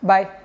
Bye